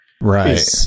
right